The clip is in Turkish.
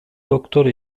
doktor